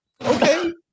Okay